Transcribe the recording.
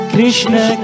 Krishna